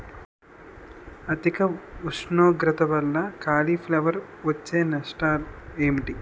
అధిక ఉష్ణోగ్రత వల్ల కాలీఫ్లవర్ వచ్చే నష్టం ఏంటి?